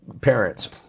parents